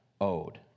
owed